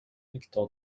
victor